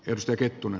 risto kettunen